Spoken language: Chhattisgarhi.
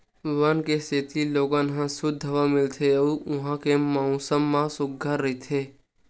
वन के सेती लोगन ल सुद्ध हवा मिलथे अउ उहां के मउसम ह सुग्घर रहिथे